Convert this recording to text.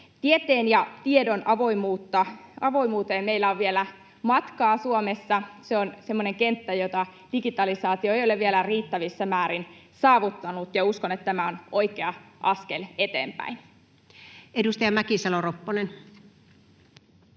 Tieteen ja tiedon avoimuuteen meillä on vielä matkaa Suomessa. Se on semmoinen kenttä, jota digitalisaatio ei ole vielä riittävissä määrin saavuttanut, ja uskon, että tämä on oikea askel eteenpäin. Edustaja Mäkisalo-Ropponen.